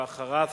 ואחריו,